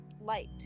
light